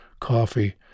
coffee